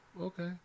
Okay